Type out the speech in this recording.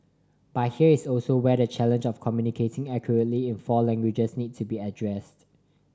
but here is also where the challenge of communicating accurately in four languages needs to be addressed